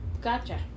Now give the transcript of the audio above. Gotcha